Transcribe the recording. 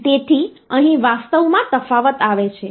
તેથી અહીં વાસ્તવમાં તફાવત આવે છે